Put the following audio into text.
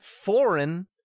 foreign